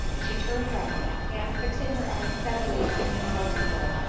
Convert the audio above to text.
she turned round, and, fixing her eyes steadily on the insulting girl,